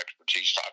expertise